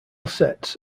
sets